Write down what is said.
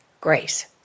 grace